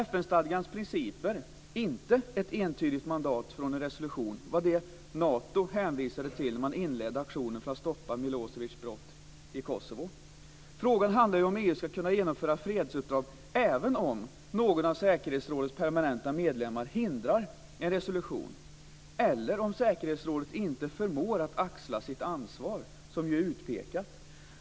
FN-stadgans principer - inte ett entydigt mandat från en resolution - var det som Nato hänvisade till när man inledde aktionen för att stoppa Frågan handlar ju om ifall EU ska kunna genomföra fredsuppdrag även om någon av säkerhetsrådets permanenta medlemmar hindrar en resolution eller om säkerhetsrådet inte förmår att axla sitt ansvar som ju är utpekat.